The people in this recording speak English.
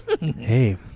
Hey